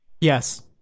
Yes